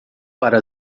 para